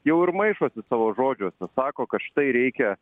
jau ir maišosi savo žodžiuose sako kad štai reikia